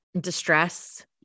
distress